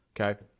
okay